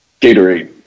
Gatorade